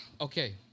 okay